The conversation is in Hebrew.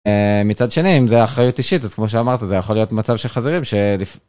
מצד שני, אם זה אחריות אישית, אז כמו שאמרת, זה יכול להיות מצב של חזירים שלפני.